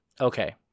Okay